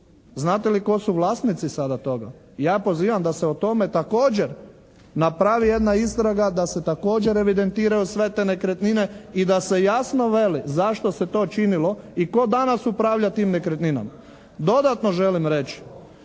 Znate li tko su vlasnici sada toga? Ja pozivam da se o tome također napravi jedna istraga, da se također evidentiraju sve te nekretnine i da se jasno veli zašto se to činilo i tko danas upravlja tim nekretninama. Dodatno želim reći,